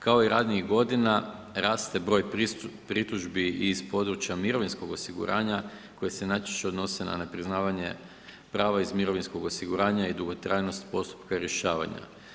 Kao i ranijih godina, raste broj pritužbi iz područja mirovinskog osiguranja koje se najčešće odnose na nepriznavanje prava iz mirovinskog osiguranja i dugotrajnost postupka rješavanja.